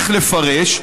איך לפרש,